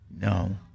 No